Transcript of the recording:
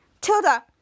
Tilda